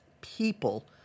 people